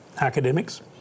academics